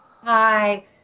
Hi